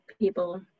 people